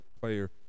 player